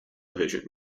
vision